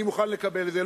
אני מוכן לקבל את זה.